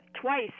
twice